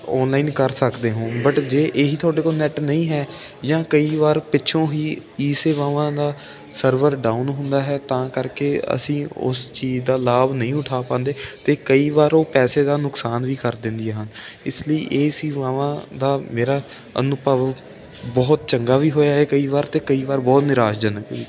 online ਕਰ ਸਕਦੇ ਹੋਂ ਬਟ ਜੇ ਇਹ ਹੀ ਤੁਹਾਡੇ ਕੋਲ ਨੈੱਟ ਨਹੀਂ ਹੈ ਜਾਂ ਕਈ ਵਾਰ ਪਿੱਛੋਂ ਹੀ ਈ ਸੇਵਾਵਾਂ ਦਾ ਸਰਵਰ ਡਾਊਨ ਹੁੰਦਾ ਹੈ ਤਾਂ ਕਰਕੇ ਅਸੀਂ ਉਸ ਚੀਜ਼ ਦਾ ਲਾਭ ਨਹੀਂ ਉਠਾ ਪਾਂਉਦੇ ਅਤੇ ਕਈ ਵਾਰ ਉਹ ਪੈਸੇ ਦਾ ਨੁਕਸਾਨ ਵੀ ਕਰ ਦਿੰਦੀਆਂ ਹਨ ਇਸ ਲਈ ਇਹ ਸੇਵਾਵਾਂ ਦਾ ਮੇਰਾ ਅਨੁਭਵ ਬਹੁਤ ਚੰਗਾ ਵੀ ਹੋਇਆ ਹੈ ਅਤੇ ਕਈ ਵਾਰ ਅਤੇ ਕਈ ਵਾਰ ਬਹੁਤ ਨਿਰਾਸ਼ਜਨਕ ਵੀ